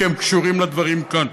כי הם קשורים לדברים כאן.